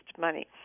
money